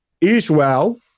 Israel